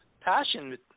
passion